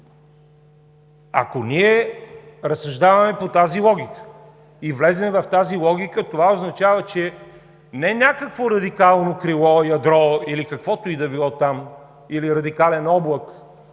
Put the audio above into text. Ако ние разсъждаваме по тази логика и влезем в тази логика, това означава, че не някакво радикално крило, ядро или каквото и да било там, или радикален облак